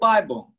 Bible